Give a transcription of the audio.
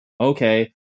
Okay